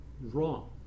wrong